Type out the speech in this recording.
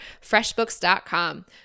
FreshBooks.com